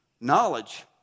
knowledge